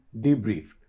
debriefed